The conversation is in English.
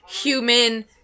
human